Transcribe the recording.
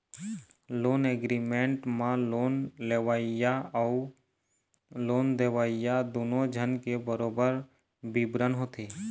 loan agreement म loan लेवइया अउ लोन देवइया दूनो झन के बरोबर बिबरन होथे